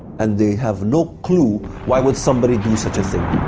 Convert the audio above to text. and they have no clue why would somebody do sort of